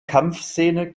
kampfszene